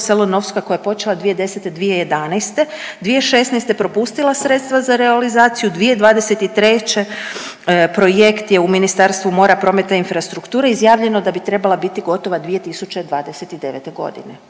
koja je počela 2010., 2011. 2016. propustila sredstva za realizaciju, 2023. projekt je u Ministarstvu mora, prometa i infrastrukture izjavljeno da bi trebala biti gotova 2029. godine.